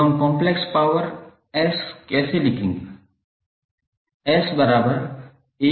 तो हम complex power S कैसे लिखेंगे